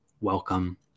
Welcome